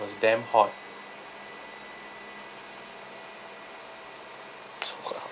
it was damn hot